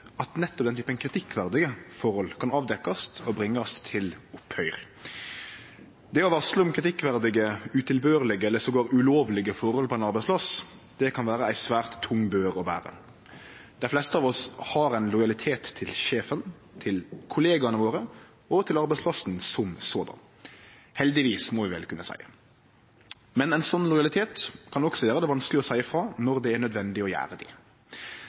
at nettopp den typen kritikkverdige forhold kan avdekkjast og bringast til opphøyr. Det å varsle om kritikkverdige, utilbørlege og til og med ulovlege forhold på ein arbeidsplass kan vere ei svært tung bør å bere. Dei fleste av oss har ein lojalitet til sjefen, til kollegaane våre og til arbeidsplassen som såleis – heldigvis, må vi vel kunne seie – men ein slik lojalitet kan også gjere det vanskeleg å seie ifrå når det er nødvendig å gjere